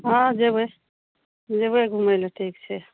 हाँ जेबय जेबय घुमय लए ठीक छै